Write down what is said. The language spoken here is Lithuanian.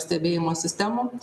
stebėjimo sistemom